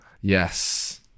Yes